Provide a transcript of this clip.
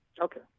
Okay